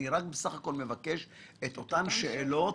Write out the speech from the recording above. אני סך הכל מבקש את אותן שאלות